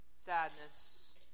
sadness